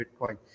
bitcoin